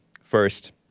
first